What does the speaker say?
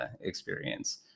experience